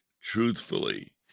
truthfully